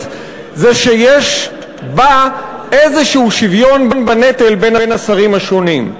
זה שיש בה איזשהו שוויון בנטל בין השרים השונים.